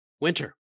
winter